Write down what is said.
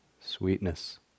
Sweetness